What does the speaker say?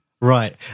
right